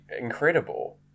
incredible